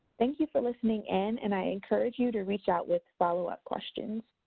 thank you for listening and and i encourage you to reach out with follow-up questions.